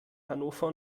hannover